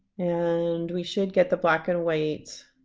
and we should get the black and white.